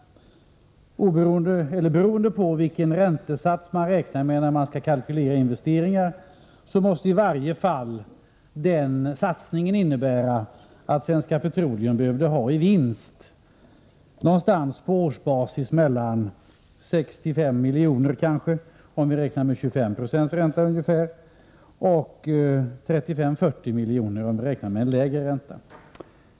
Beroende på vilken räntesats man räknar med när man kalkylerar investeringar måste i varje fall den satsningen innebära att Svenska Petroleum behövde ha en vinst på årsbasis mellan 65 milj.kr., om vi räknar med ungefär 25 26 ränta, och 35-40 milj.kr., om vi räknar med en lägre ränta.